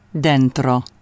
dentro